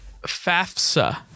FAFSA